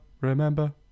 Remember